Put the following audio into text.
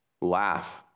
laugh